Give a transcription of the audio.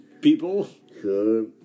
people